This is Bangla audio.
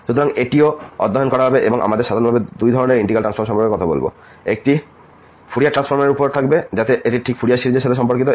সুতরাং এটিও অধ্যয়ন করা হবে এবং আমরা সাধারণভাবে দুই ধরনের ইন্টিগ্রাল ট্রান্সফর্ম সম্পর্কে কথা বলব একটি ফুরিয়ার ট্রান্সফর্মের উপর থাকবে যাতে এটি ঠিক ফুরিয়ার সিরিজের সাথে সম্পর্কিত